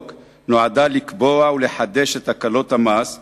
של חבר הכנסת ציון פיניאן וכמה מציעים,